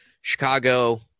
Chicago